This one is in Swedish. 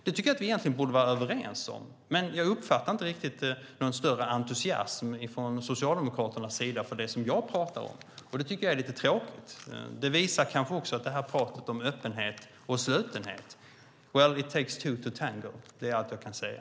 Jag tycker att vi borde vara överens om det, men jag uppfattar inte riktigt någon större entusiasm från Socialdemokraternas sida för det som jag pratar om. Det tycker jag är lite tråkigt. Det visar kanske också pratet om öppenhet och slutenhet. It takes two to tango - det är allt jag kan säga.